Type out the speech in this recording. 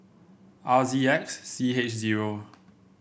R Z X C H zero